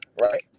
Right